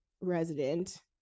resident